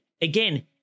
Again